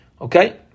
Okay